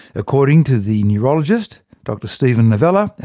according to the neurologist, dr steven novella, and